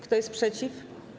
Kto jest przeciw?